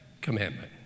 commandment